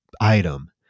item